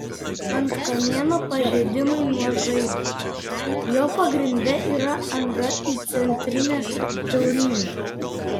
ant kamieno pažeidimai nuo žaibo jo pagrinde yra anga į centrinę kiaurymę